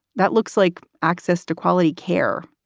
that looks like access to quality care,